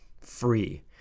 free